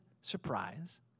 surprise